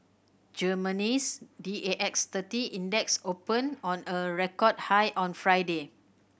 Germany's D A X thirty Index opened on a record high on Friday